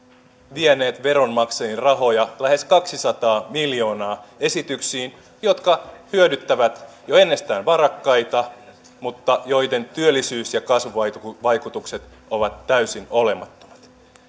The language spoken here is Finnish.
vieneet veronmaksajien rahoja lähes kaksisataa miljoonaa esityksiin jotka hyödyttävät jo ennestään varakkaita mutta joiden työllisyys ja kasvuvaikutukset ovat täysin olemattomat